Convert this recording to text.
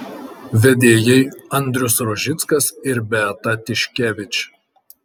vedėjai andrius rožickas ir beata tiškevič